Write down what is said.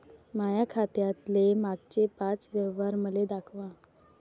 माया खात्यातले मागचे पाच व्यवहार मले दाखवा